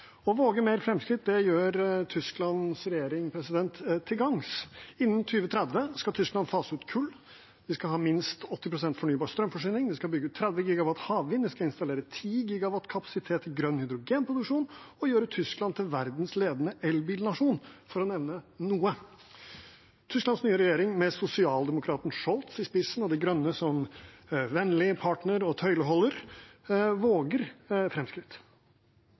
Å våge mer framskritt gjør Tysklands regjering til gagns. Innen 2030 skal Tyskland fase ut kull. De skal ha minst 80 pst. fornybar strømforsyning. De skal bygge ut 30 GW havvind. De skal installere 10 GW kapasitet i grønn hydrogenproduksjon og gjøre Tyskland til verdens ledende elbilnasjon, for å nevne noe. Tysklands nye regjering med sosialdemokraten Scholz i spissen og De Grønne som vennlig partner og tøyleholder våger